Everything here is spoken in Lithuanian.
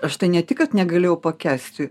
aš tai ne tik kad negalėjau pakęsti